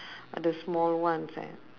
ada small ones eh